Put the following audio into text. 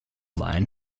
line